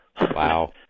Wow